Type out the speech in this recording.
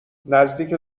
نزدیک